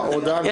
-- (ג)